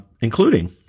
including